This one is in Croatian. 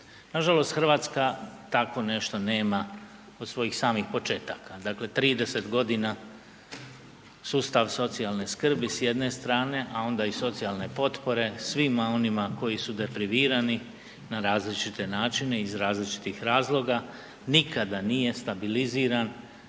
Nažalost, RH takvo nešto nema od svojih samih početaka. Dakle, 30.g. sustav socijalne skrbi s jedne strane, a onda i socijalne potpore svima onima koji su deprivirani na različite načine i iz različitih razloga nikada nije stabiliziran,